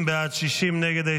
50 בעד, 60 נגד.